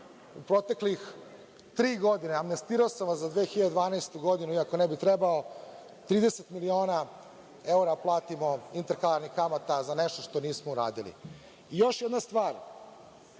u proteklih tri godine, amnestirao sam vas za 2012. godinu iako ne bi trebao, 30 miliona evra platimo kamata za nešto što nismo uradili. Još jedna stvar,